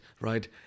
right